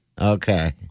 Okay